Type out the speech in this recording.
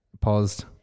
Paused